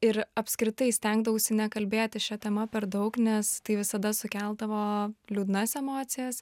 ir apskritai stengdavausi nekalbėti šia tema per daug nes tai visada sukeldavo liūdnas emocijas